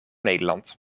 nederland